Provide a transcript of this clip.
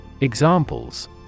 Examples